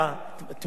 התמיכה בחוק.